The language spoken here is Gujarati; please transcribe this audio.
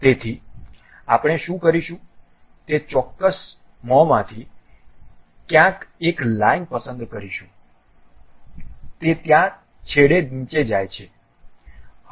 તેથી આપણે શું કરીશું તે ચોક્કસ મોંમાંથી ક્યાંક એક લાઇન પસંદ કરીશું તે ત્યાં છેડે નીચે જાય છે